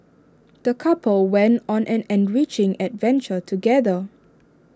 the couple went on an enriching adventure together